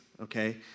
Okay